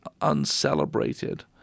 uncelebrated